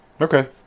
Okay